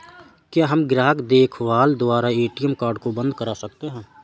क्या हम ग्राहक देखभाल द्वारा ए.टी.एम कार्ड को बंद करा सकते हैं?